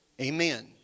Amen